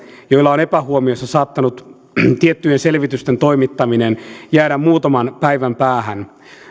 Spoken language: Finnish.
joilla on epähuomiossa saattanut tiettyjen selvitysten toimittaminen jäädä muutaman päivän päähän